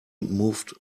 moved